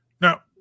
now